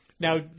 Now